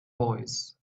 voice